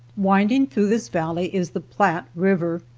winding through this valley is the platte river,